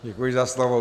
Děkuji za slovo.